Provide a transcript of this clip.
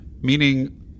Meaning